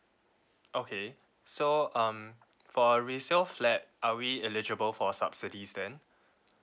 okay so um for a resale flat are we eligible for subsidies then